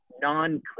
Non